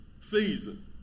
season